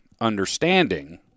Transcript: understanding